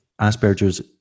asperger's